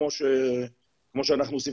כמו שאנחנו עושים,